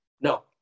No